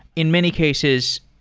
in many cases,